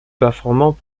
performant